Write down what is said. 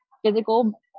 physical